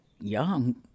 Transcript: young